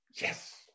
yes